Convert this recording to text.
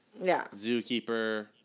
Zookeeper